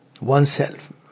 oneself